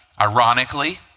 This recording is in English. Ironically